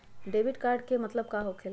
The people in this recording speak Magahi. डेबिट कार्ड के का मतलब होकेला?